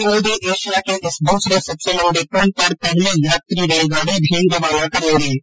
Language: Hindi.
श्री मोदी एशिया के इस दूसरे सबसे लंबे पुल पर पहली यात्री रेलगाड़ी भी रवाना करेंगे